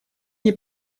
они